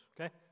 Okay